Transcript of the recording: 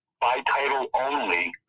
by-title-only